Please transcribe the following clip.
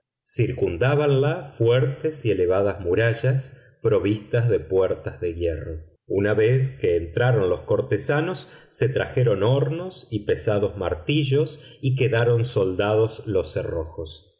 monarca circundábanla fuertes y elevadas murallas provistas de puertas de hierro una vez que entraron los cortesanos se trajeron hornos y pesados martillos y quedaron soldados los cerrojos